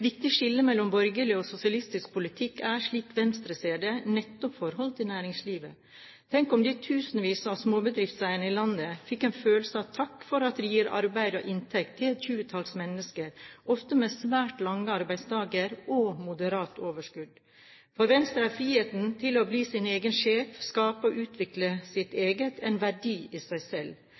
viktig skille mellom borgerlig og sosialistisk politikk er, slik Venstre ser det, nettopp forholdet til næringslivet. Tenk om de tusenvis av småbedriftseiere i landet fikk følelsen av en takk for at de gir arbeid og inntekt til et tjuetalls mennesker, ofte med svært lange arbeidsdager og moderate overskudd! For Venstre er friheten til å bli sin egen sjef, skape og utvikle sitt eget, en verdi i seg selv,